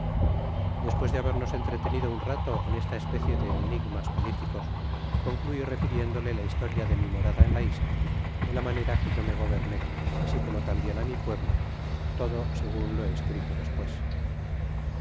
despues de habernos entretenido un ratona esta especie de enigmas políticosi concluí refiriéndole la historia de mi morada en la isla de la manera que yo me goberné asi como tambien á mi pueblo todo segun lo he escrito despues